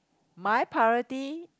my priority